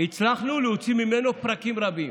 הצלחנו להוציא ממנו פרקים רבים.